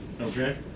Okay